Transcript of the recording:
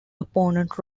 opponent